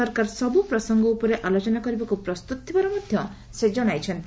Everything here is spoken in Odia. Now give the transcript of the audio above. ସରକାର ସବୁ ପ୍ରସଙ୍ଗ ଉପରେ ଆଲୋଚନା କରିବାକୁ ପ୍ରସ୍ତୁତ ଥିବାର ମଧ୍ୟ ସେ ଜଣାଇଛନ୍ତି